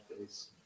face